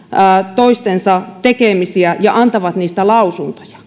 toistensa tekemisiä ja antavat niistä lausuntoja